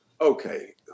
okay